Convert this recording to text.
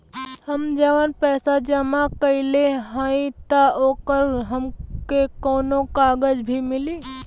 हम जवन पैसा जमा कइले हई त ओकर हमके कौनो कागज भी मिली?